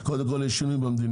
אז קודם כל יש שינוי במדיניות,